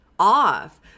Off